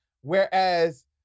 Whereas